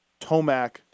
Tomac